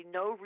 no